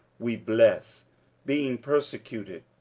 we bless being persecuted,